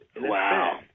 Wow